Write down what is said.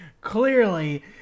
clearly